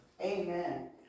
Amen